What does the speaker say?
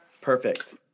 Perfect